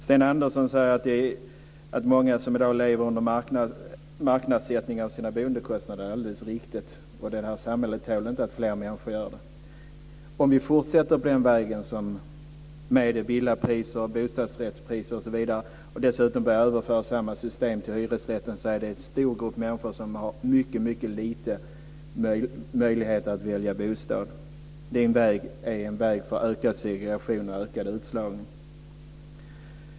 Sten Andersson säger att många i dag lever med marknadssättning av sina boendekostnader. Det är alldeles riktigt. Det här samhället tål inte att fler människor gör det. Om vi fortsätter på den vägen med villapriserna och bostadsrättspriserna osv. och dessutom börjar överföra samma system till hyresrätten, är det en stor grupp människor som har mycket små möjligheter att välja bostad. Det är en väg för ökad segregation och ökad utslagning.